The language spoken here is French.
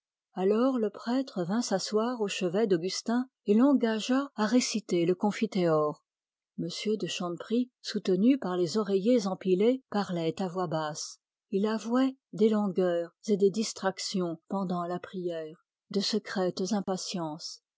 alors le prêtre vint s'asseoir au chevet d'augustin et l'engagea à réciter le confiteor m de chanteprie soutenu par les oreillers empilés parlait à voix basse il avouait des langueurs et des distractions pendant la prière de secrètes impatiences